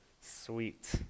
Sweet